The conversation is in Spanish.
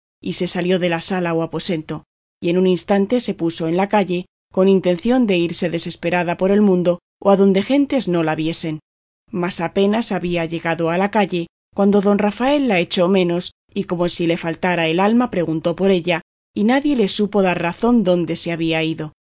y se salió de la sala o aposento y en un instante se puso en la calle con intención de irse desesperada por el mundo o adonde gentes no la viesen mas apenas había llegado a la calle cuando don rafael la echó menos y como si le faltara el alma preguntó por ella y nadie le supo dar razón dónde se había ido